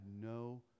no